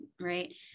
right